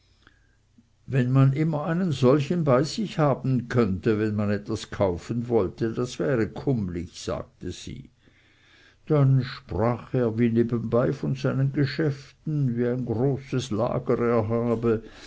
wenn man immer einen solchen bei sich haben könnte wenn man etwas kaufen wollte das wäre kummlich sagte sie dann sprach er wie nebenbei von seinen geschäften wie ein großes lager er habe